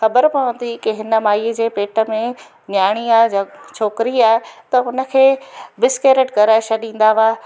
ख़बर पवंदी की हिन माईअ जे पेट में नियाणी आहे जा छोकिरी आहे त हुनखे मिस्केरेट कराए छॾींदा हुआ